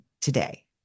today